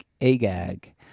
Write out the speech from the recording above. Agag